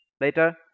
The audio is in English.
later